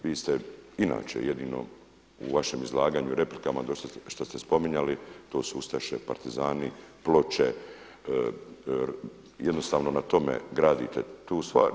Vi ste inače jedino u vašem izlaganju i replikama što ste spominjali to su ustaše, partizani, ploče, jednostavno na tome gradite tu stvar.